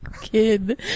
kid